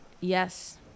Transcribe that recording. yes